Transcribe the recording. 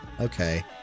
Okay